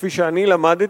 כפי שאני למדתי,